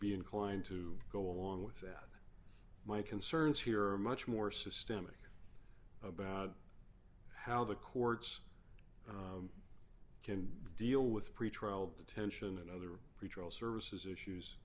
be inclined to go along with that my concerns here are much more systemic about how the courts can deal with pretrial detention and other pretrial services issues